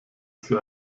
sie